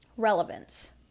relevance